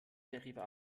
derivat